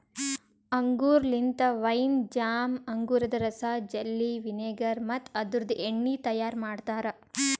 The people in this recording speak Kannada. ಅಂಗೂರ್ ಲಿಂತ ವೈನ್, ಜಾಮ್, ಅಂಗೂರದ ರಸ, ಜೆಲ್ಲಿ, ವಿನೆಗರ್ ಮತ್ತ ಅದುರ್ದು ಎಣ್ಣಿ ತೈಯಾರ್ ಮಾಡ್ತಾರ